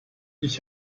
ich